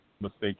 mistake